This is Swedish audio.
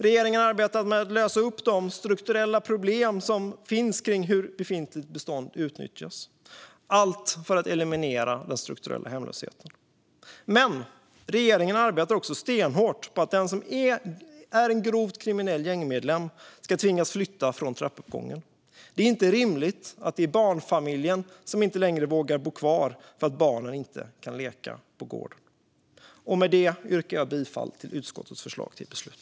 Regeringen har arbetat med att lösa upp de strukturella problem som finns när det gäller hur befintligt bestånd utnyttjas - allt för att eliminera den strukturella hemlösheten. Men regeringen arbetar också stenhårt för att det är den grovt kriminelle gängmedlemmen som ska tvingas flytta från trappuppgången. Det är inte rimligt att barnfamiljen inte längre vågar bo kvar eftersom barnen inte kan leka ute på gården. Med detta yrkar jag bifall till utskottets förslag till beslut.